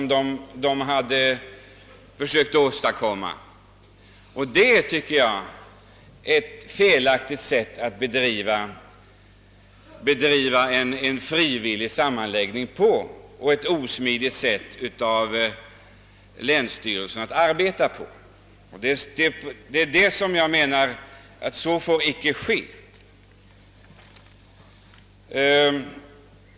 Det tycker jag är ett felaktigt sätt att bedriva en frivillig sammanläggning och ett osmidigt sätt för en länsstyrelse att arbeta. Så får enligt min mening icke ske.